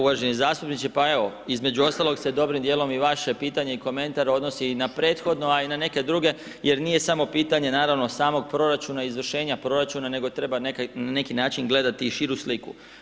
Uvaženi zastupniče, pa evo, između ostalog se dobrim dijelom i vaše pitanje i komentar odnosi i na prethodno a i na neke druge jer nije samo pitanje naravno samog proračuna i izvršenja proračuna nego treba na neki način gledati i širu sliku.